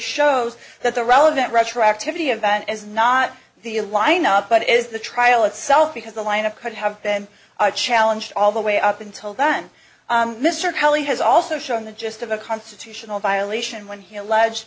shows that the relevant retroactivity event is not the lineup but it is the trial itself because the line of could have been a challenge all the way up until then mr kelly has also shown the gist of a constitutional violation when he alleged